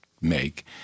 make